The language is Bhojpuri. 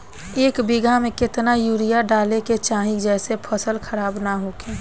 एक बीघा में केतना यूरिया डाले के चाहि जेसे फसल खराब ना होख?